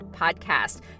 podcast